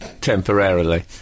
temporarily